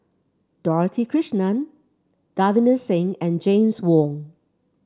Dorothy Krishnan Davinder Singh and James Wong